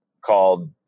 called